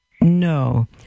No